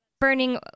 burning